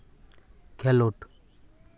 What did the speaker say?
ᱠᱷᱮᱞᱳᱰ